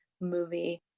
movie